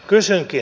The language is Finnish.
kysynkin